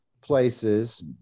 places